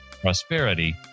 prosperity